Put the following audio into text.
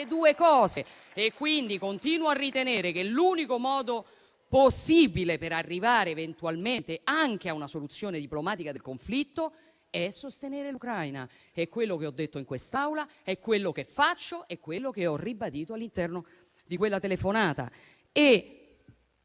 due cose. Continuo quindi a ritenere che l'unico modo possibile per arrivare eventualmente anche a una soluzione diplomatica del conflitto è sostenere l'Ucraina. È quello che ho detto in quest'Aula, è quello che faccio, è quello che ho ribadito all'interno di quella telefonata.